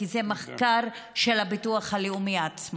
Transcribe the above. כי זה מחקר של הביטוח הלאומי עצמו.